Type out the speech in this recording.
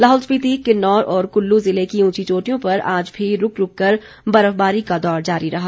लाहौल स्पिति किन्नौर और कुल्लू जिले की उंची चोटियों पर आज भी रूक रूक कर बर्फबारी का दौर जारी रहा